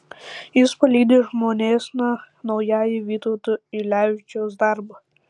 jis palydi žmonėsna naująjį vytauto ylevičiaus darbą